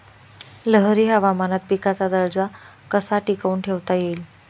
लहरी हवामानात पिकाचा दर्जा कसा टिकवून ठेवता येईल?